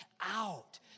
out